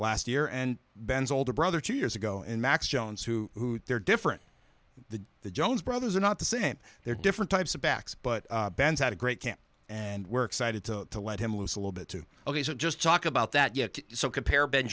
last year and ben's older brother two years ago and max jones who they're different the the jones brothers are not the same they're different types of backs but ben's had a great camp and we're excited to to let him loose a little bit to all these are just talk about that yet so compare ben